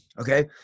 Okay